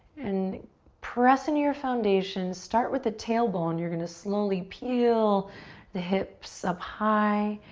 and press in to your foundation. start with the tailbone. you're gonna slowly peel the hips up high.